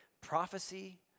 prophecy